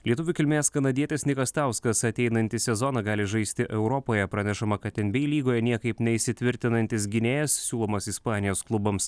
lietuvių kilmės kanadietis nikas stauskas ateinantį sezoną gali žaisti europoje pranešama kad nba lygoje niekaip neįsitvirtinantis gynėjas siūlomas ispanijos klubams